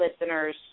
listeners